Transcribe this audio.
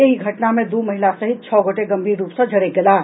एहि घटना मे दू महिला सहित छओ गोटे गंभीर रूप सॅ झरकि गेलाह